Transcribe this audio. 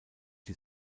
die